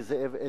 16,